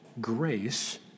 grace